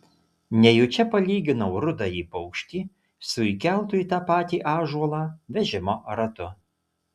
nejučia palyginau rudąjį paukštį su įkeltu į tą patį ąžuolą vežimo ratu